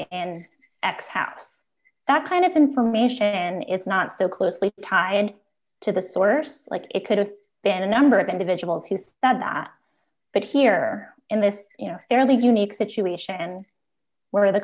path that kind of information is not so closely tied to the source like it could have been a number of individuals who say that but here in this you know fairly unique situation where the